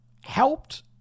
helped